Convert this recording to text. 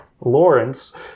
lawrence